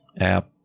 app